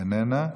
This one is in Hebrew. איננה.